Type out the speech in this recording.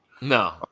No